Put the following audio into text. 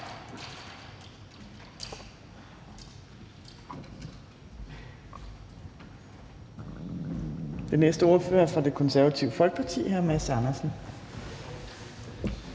Den næste ordfører er fra Det Konservative Folkeparti. Hr. Mads Andersen.